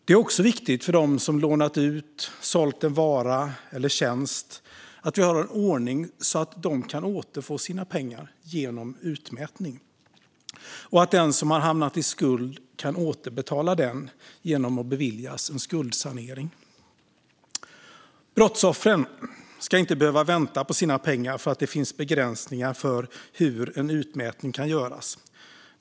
Det är också viktigt för dem som lånat ut pengar eller sålt en vara eller en tjänst att vi har en ordning så att de kan återfå sina pengar genom utmätning och så att den som har hamnat i skuld kan återbetala den genom att beviljas skuldsanering. Brottsoffren ska inte behöva vänta på sina pengar för att det finns begränsningar för hur en utmätning kan göras.